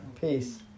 Peace